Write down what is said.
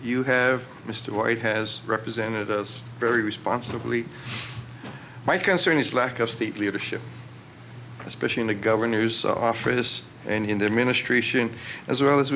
you have mr white has represented us very responsibly my concern is lack of state leadership especially in the governor's office and in the administration as well as